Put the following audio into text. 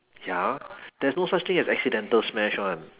ya there's no such thing as accidental smash one